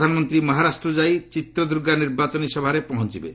ପ୍ରଧାନମନ୍ତ୍ରୀ ମହାରାଷ୍ଟ୍ରରୁ ଯାଇ କର୍ଣ୍ଣାଟକର ଚିତ୍ରଦୁର୍ଗା ନିର୍ବାଚନୀ ସଭାରେ ପହଞ୍ଚବେ